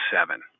seven